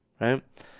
right